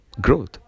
growth